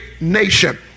nation